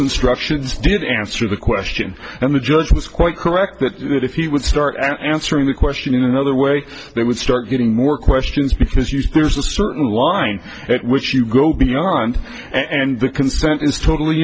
instructions did answer the question and the judge was quite correct that if he would start answering the question in another way they would start getting more questions because there's a certain line at which you go beyond and the consent is totally